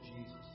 Jesus